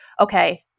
okay